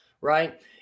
right